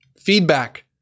Feedback